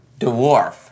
dwarf